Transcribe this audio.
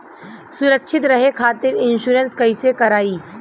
सुरक्षित रहे खातीर इन्शुरन्स कईसे करायी?